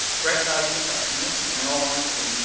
great value for customers, and in all honesty,